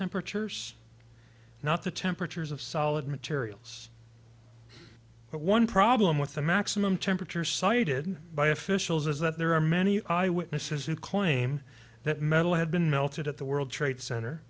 temperatures not the temperatures of solid materials but one problem with a maximum temperature cited by officials is that there are many eyewitnesses who claim that metal had been melted at the world trade cent